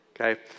Okay